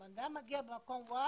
אבל אם מישהו מגיע למקום אחר,